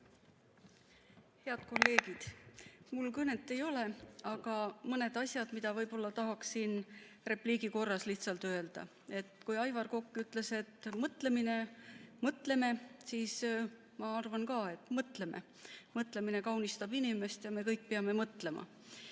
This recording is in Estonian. Head kolleegid! Mul kõnet ei ole, aga on mõned asjad, mida tahaksin repliigi korras lihtsalt öelda. Kui Aivar Kokk ütles, et mõtleme, siis ma arvan ka, et mõtleme. Mõtlemine kaunistab inimest ja me kõik peame mõtlema.